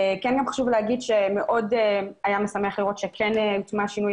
חשוב לומר שמאוד היה משמח לראות שכן הוכנס שינוי